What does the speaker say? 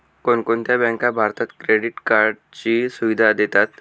कोणकोणत्या बँका भारतात क्रेडिट कार्डची सुविधा देतात?